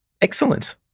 Excellent